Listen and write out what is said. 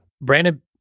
Brandon